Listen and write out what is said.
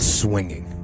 swinging